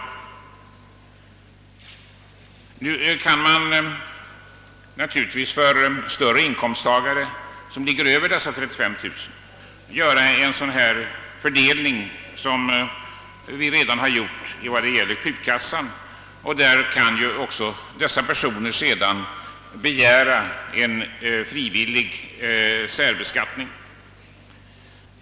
Naturligtvis bör man för större inkomsttagare, som ligger över 35 000 kronor, kunna göra en sådan fördelning som vi redan har gjort i fråga om sjukkassan, och dessa personer skulle sedan kunna begära frivillig särbeskattning.